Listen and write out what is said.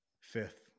fifth